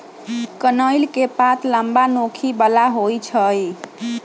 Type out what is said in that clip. कनइल के पात लम्मा, नोखी बला होइ छइ